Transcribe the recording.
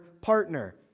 partner